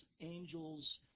angels